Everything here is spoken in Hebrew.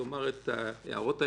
מי יעשה את הפיקוח הזה?